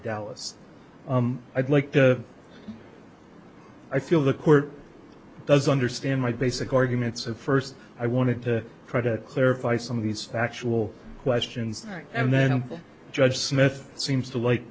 dallas i'd like to i feel the court does understand my basic arguments and first i want to try to clarify some of these factual questions and then judge smith seems to like